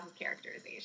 characterization